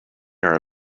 care